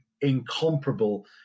incomparable